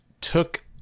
took